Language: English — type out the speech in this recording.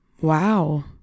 Wow